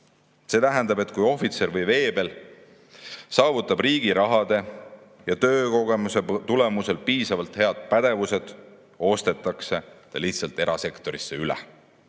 See tähendab, et kui ohvitser või veebel saavutab riigi raha abil ja töökogemuse tulemusel piisavalt hea pädevuse, ostetakse ta lihtsalt erasektorisse üle.